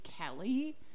Kelly